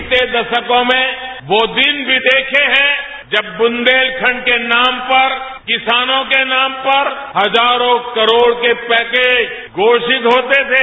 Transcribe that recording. बीते दशकों में वो दिन भी देखें हैं जब बुन्देलखण्ड के नाम पर किसानों के नाम पर हजारों करोड़ के पैकेज घोषित होते थे